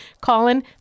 Colin